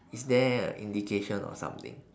is there a indication or something